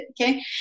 Okay